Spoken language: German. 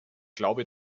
glaube